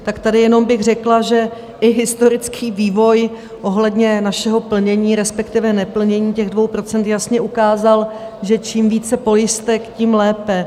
Tak tady jenom bych řekla, že i historický vývoj ohledně našeho plnění, respektive neplnění těch 2 % jasně ukázal, že čím více pojistek, tím lépe.